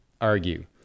argue